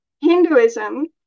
Hinduism